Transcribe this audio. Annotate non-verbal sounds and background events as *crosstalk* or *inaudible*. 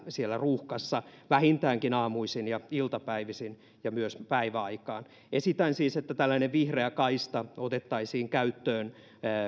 *unintelligible* siellä ruuhkassa vähintäänkin aamuisin ja iltapäivisin ja myös päiväaikaan esitän siis että tällainen vihreä kaista otettaisiin käyttöön